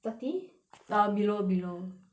thirty uh below below